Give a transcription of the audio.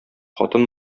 хатын